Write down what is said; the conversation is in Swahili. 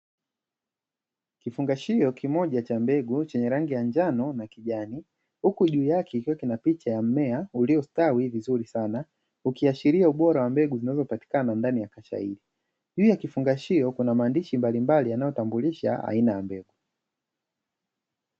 Kifungashio kimoja cha mbegu chenye rangi ya njano na kijani, huku juu yake kikiwa na picha ya mmea uliostawi vizuri sana, ukiashiria ubora wa mbegu zinazopatikana ndani ya picha hii, juu ya kifungashio kuna maandishi mbalimbali yanayotambulisha aina ya mbegu.